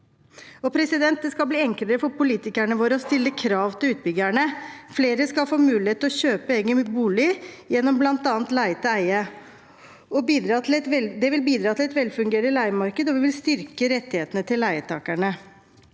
Det skal bli enklere for politikerne våre å stille krav til utbyggerne. Flere skal få mulighet til å kjøpe egen bolig gjennom bl.a. leie til eie. Det vil bidra til et velfungerende leiemarked, og det vil styrke rettighetene til leietakerne.